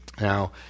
Now